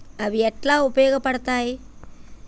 అవి ఎట్లా ఉపయోగ పడతాయి?